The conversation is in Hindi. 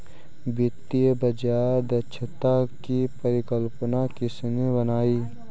वित्तीय बाजार दक्षता की परिकल्पना किसने बनाई?